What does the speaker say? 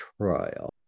trial